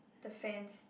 the fence